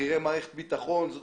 בכירי מערכת הביטחון וכן הלאה.